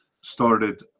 started